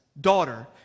daughter